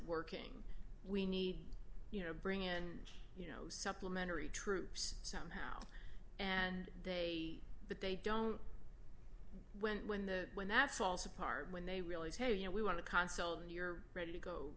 working we need you know bring in you know supplementary troops somehow and they but they don't when when the when that's also part when they realize hey you know we want to console when you're ready to go